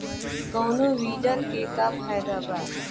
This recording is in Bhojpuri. कौनो वीडर के का फायदा बा?